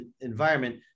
environment